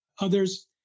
others